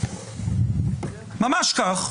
ממש כך.